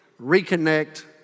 reconnect